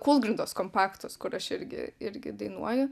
kūlgrindos kompaktas kur aš irgi irgi dainuoju